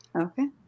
Okay